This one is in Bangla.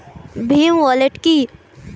ভীম ওয়ালেট কি?